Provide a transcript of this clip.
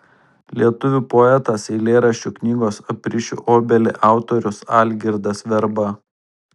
lietuvių poetas eilėraščių knygos aprišiu obelį autorius algirdas verba